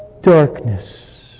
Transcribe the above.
darkness